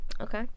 Okay